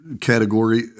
category